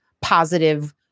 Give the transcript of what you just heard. positive